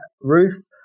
Ruth